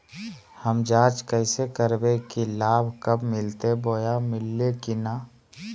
हम जांच कैसे करबे की लाभ कब मिलते बोया मिल्ले की न?